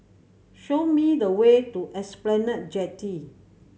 show me the way to Esplanade Jetty